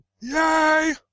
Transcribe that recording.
Yay